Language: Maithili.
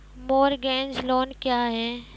मोरगेज लोन क्या है?